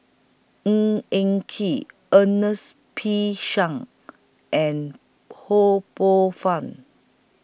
Ng Eng Kee Ernest P Shanks and Ho Poh Fun